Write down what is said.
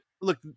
look